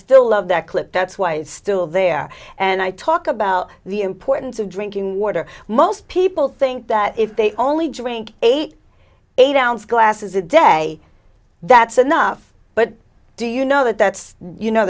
still love that clip that's why it's still there and i talk about the importance of drinking water most people think that if they only drink eight eight ounce glasses a day that's enough but do you know that that's you know